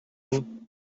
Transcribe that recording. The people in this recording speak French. nom